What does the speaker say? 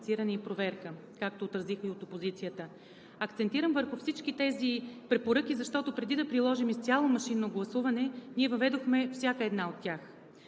и проверка, както отразиха и от опозицията. Акцентирам върху всички тези препоръки, защото преди да приложим изцяло машинно гласуване, ние въведохме всяка една от тях,